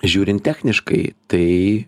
žiūrint techniškai tai